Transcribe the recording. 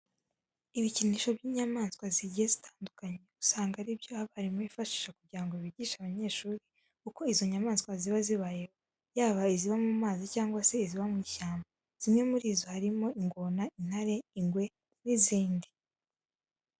Ibikinisho by'inyamaswa zigiye zitandukanye, usanga ari byo abarimu bifashisha kugira ngo bigishe abanyeshuri uko izo nyamaswa ziba zibayeho, yaba iziba mu mazi cyangwa se iziba mu ishyamba. Zimwe muri zo harimo harimo ingona, intare ingwe n'izindi.